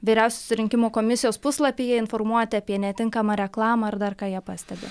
vyriausiosios rinkimų komisijos puslapyje informuoti apie netinkamą reklamą ar dar ką jie pastebi